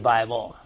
Bible